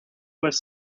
was